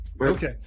Okay